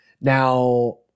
Now